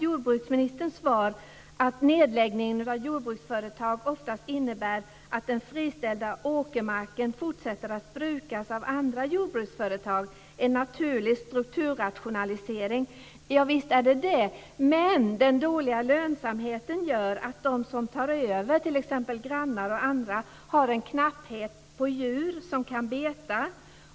Jordbruksministern svarar att nedläggningen av jordbruksföretag oftast innebär att den friställda åkermarken fortsätter att brukas av andra jordbruksföretag och att det är en naturlig strukturrationalisering. Visst är det så, men den dåliga lönsamheten gör att de som tar över, t.ex. grannar och andra, har en knapphet på djur som kan beta.